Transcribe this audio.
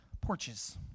porches